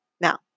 Now